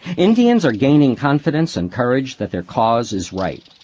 indians are gaining confidence and courage that their cause is right.